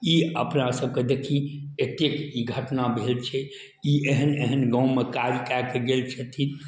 ई अपना सबके देखी एतेक ई घटना भेल छै ई एहन एहन गाँवमे काज कै कऽ गेल छथिन